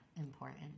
important